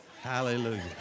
Hallelujah